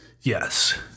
Yes